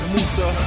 Musa